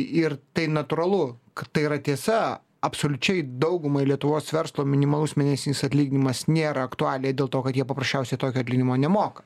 ir tai natūralu kad tai yra tiesa absoliučiai daugumai lietuvos verslo minimalus mėnesinis atlyginimas nėra aktualiai dėl to kad jie paprasčiausiai tokio atlyginimo nemoka